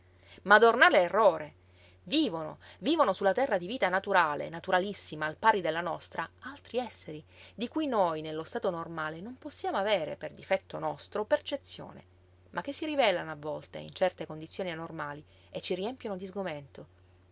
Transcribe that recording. madornale errore vivono vivono su la terra di vita naturale naturalissima al pari della nostra altri esseri di cui noi nello stato normale non possiamo avere per difetto nostro percezione ma che si rivelano a volte in certe condizioni anormali e ci riempiono di sgomento